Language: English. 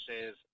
says